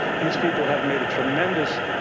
these people have made a tremendous.